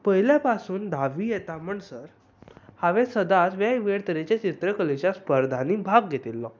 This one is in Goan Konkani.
पयले पासून धावी यत्ता म्हणसर हांवें सदांच वेग वेगळ्या चित्रकलेच्या स्पर्धांनी भाग घेतिल्लो